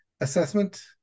assessment